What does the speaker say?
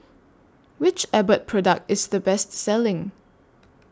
Which Abbott Product IS The Best Selling